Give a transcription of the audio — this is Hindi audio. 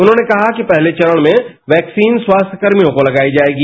उन्होंने कहा कि पहले चरण में वैक्सीन स्वास्थ्य कर्मियों को लगाई जाएगी